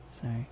Sorry